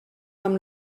amb